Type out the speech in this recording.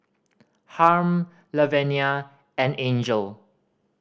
Harm Lavenia and Angel